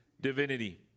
divinity